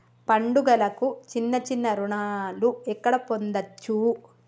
పండుగలకు చిన్న చిన్న రుణాలు ఎక్కడ పొందచ్చు?